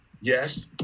yes